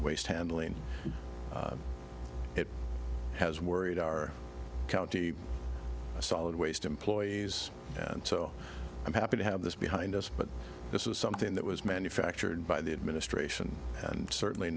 waste handling it has worried our county solid waste employees and so i'm happy to have this behind us but this is something that was manufactured by the administration and certainly